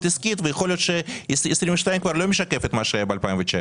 העסקית ויכול להיות ששנת 2022 כבר לא משקפת את מה שהיה ב-2019.